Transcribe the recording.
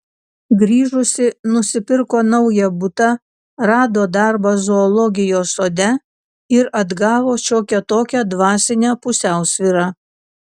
grįžusi nusipirko naują butą rado darbą zoologijos sode ir atgavo šiokią tokią dvasinę pusiausvyrą